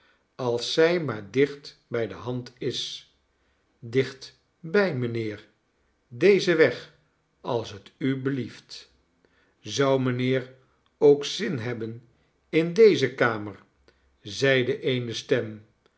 als zij maar dicht bij de hand is dichtbij mijnheer dezen weg als het u belieft zou mijnheer ook zin hebben in deze kamer zeide eene stem